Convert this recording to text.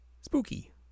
spooky